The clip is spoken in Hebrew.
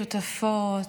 שותפות,